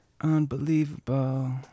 Unbelievable